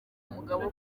mugabo